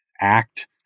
act